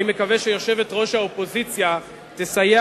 אני מקווה שיושבת-ראש האופוזיציה תסייע